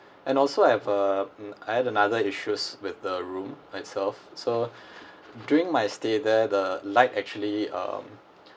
and also I have uh I have another issues with the room itself so during my stay there the light actually um